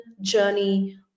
journey